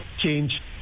change